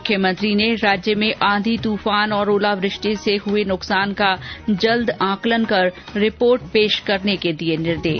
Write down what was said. मुख्यमंत्री ने राज्य में आंधी तूफान और ओलावृष्टि से हुए नुकसान का जल्द आंकलन कर रिपोर्ट पेश करने के दिए निर्देश